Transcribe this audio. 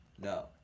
No